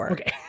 Okay